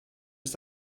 ist